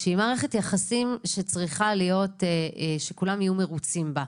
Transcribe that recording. שהיא מערכת יחסים שצריכה להיות כזו שכולם יהיו מרוצים בה,